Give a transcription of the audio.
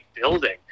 building